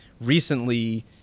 Recently